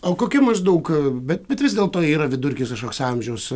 o kokia maždaug bet bet vis dėlto yra vidurkis kažkoks amžiaus